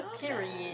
period